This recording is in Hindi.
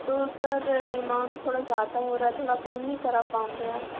तो सर एमाउंट थोड़ा ज़्यादा हो रहा है थोड़ा कम नहीं करा पाओगे आप